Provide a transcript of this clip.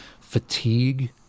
fatigue